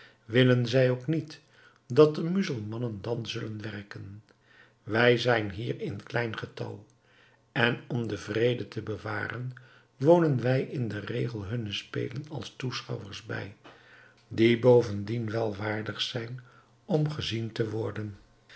willen zij ook niet dat de muzelmannen dan zullen werken wij zijn hier in klein getal en om den vrede te bewaren wonen wij in den regel hunne spelen als toeschouwers bij die bovendien wel waardig zijn om gezien te worden